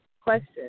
question